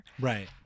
Right